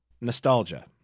nostalgia